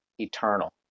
eternal